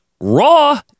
raw